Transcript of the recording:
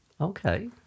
Okay